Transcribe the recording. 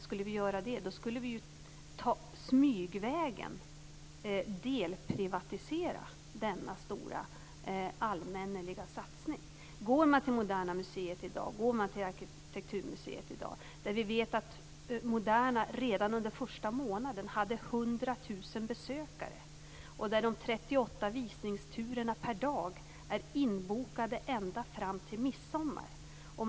Skulle vi göra det skulle vi ju smygvägen delprivatisera denna stora allmänneliga satsning. Vi vet att Moderna museet redan under den första månaden hade 100 000 besökare. De 38 visningsturerna per dag är inbokade ända fram till midsommar.